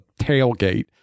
tailgate